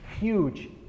huge